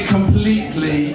completely